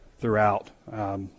throughout